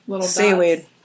Seaweed